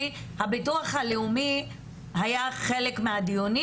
כי הביטוח הלאומי היה חלק מהדיונים.